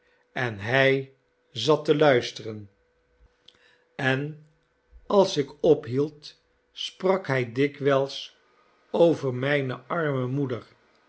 en hij zat te luisteren en als ik ophield sprak hij dikwijls over mijne arme moeder